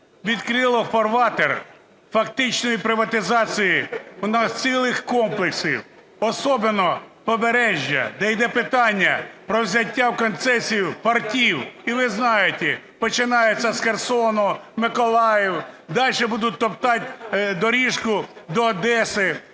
відкрило фарватер фактичної приватизації у нас цілих комплексів, особенно побережжя, де йде питання про взяття в концесію портів. І ви знаєте, починається з Херсона, Миколаїв, далі будуть топтати доріжку до Одеси.